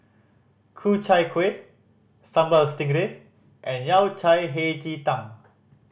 Ku Chai Kuih Sambal Stingray and Yao Cai Hei Ji Tang